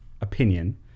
opinion